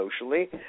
socially